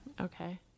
Okay